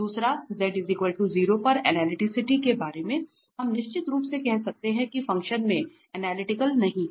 दूसरा z 0 पर analyticity के बारे में हम निश्चित रूप से कह सकते हैं कि फंक्शन में एनालिटिकल नहीं है